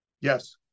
Yes